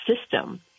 system